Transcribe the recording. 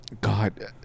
God